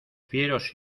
fieros